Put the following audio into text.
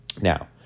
Now